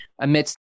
amidst